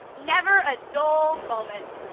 never a dull moment.